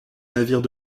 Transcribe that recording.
navires